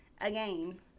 again